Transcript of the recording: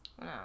No